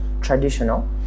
traditional